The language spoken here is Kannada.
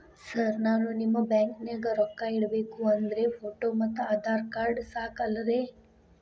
ಸರ್ ನಾನು ನಿಮ್ಮ ಬ್ಯಾಂಕನಾಗ ರೊಕ್ಕ ಇಡಬೇಕು ಅಂದ್ರೇ ಫೋಟೋ ಮತ್ತು ಆಧಾರ್ ಕಾರ್ಡ್ ಸಾಕ ಅಲ್ಲರೇ?